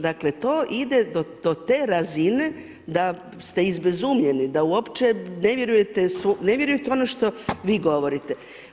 Dakle to ide do te razine da ste izbezumljeni da uopće ne vjerujete ono što vi govorite.